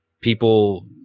People